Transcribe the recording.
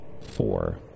four